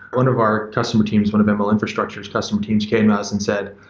one of our customer teams, one of and ml infrastructure's customer team came to us and said,